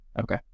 okay